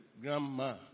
Grandma